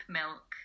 milk